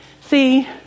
See